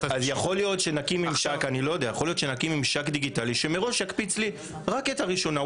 אז יכול להיות שנקים ממשק דיגיטלי שמראש יקפיץ לי רק את הראשונה,